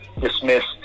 dismissed